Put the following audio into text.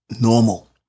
normal